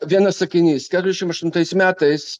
vienas sakinys keturiasdešimt aštuntais metais